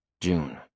June